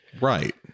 Right